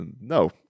No